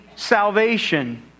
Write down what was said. Salvation